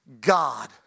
God